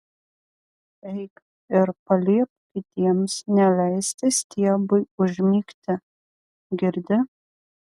eik ir paliepk kitiems neleisti stiebui užmigti girdi